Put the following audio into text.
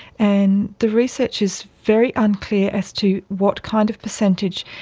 and the research is very unclear as to what kind of percentage.